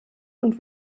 und